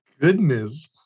Goodness